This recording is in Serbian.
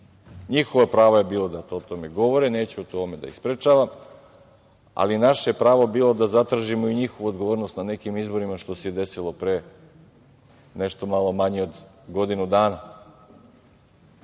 Njihovo pravo je bilo da o tome govore, neću u tome da ih sprečavam, ali naše je pravo bilo da zatražimo i njihovu odgovornost na nekim izborima što se i desilo pre nešto malo manje od godinu dana. Kao